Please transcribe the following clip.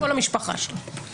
ראשית, מדובר בעבירה